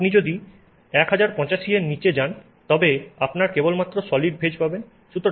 আপনি যদি 1085 এর নীচে যান তবে আপনার কেবলমাত্র সলিড ফেজ পাবেন